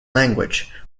language